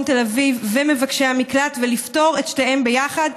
תל אביב ומבקשי המקלט ולפתור את שתיהן ביחד.